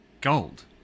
Gold